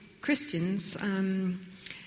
Christians